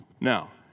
Now